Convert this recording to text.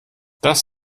das